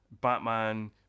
Batman